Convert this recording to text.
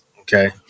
Okay